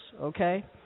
okay